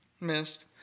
missed